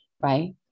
right